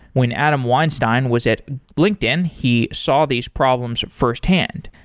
when adam weinstein was at linkedin, he saw these problems firsthand.